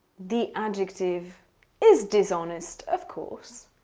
the adjective is dishonest, of course.